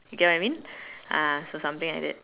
get what I mean ah so something like that